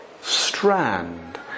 strand